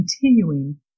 continuing